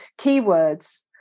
keywords